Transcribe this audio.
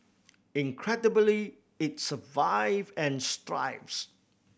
incredibly it survived and thrives